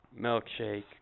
milkshake